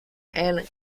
and